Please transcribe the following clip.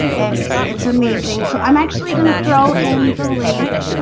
it's it's amazing. so i'm actually gonna throw in the link